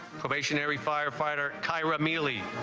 station every firefighter tyra mealy